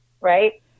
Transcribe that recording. Right